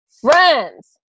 Friends